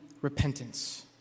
repentance